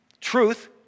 Truth